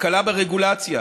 הקלה ברגולציה,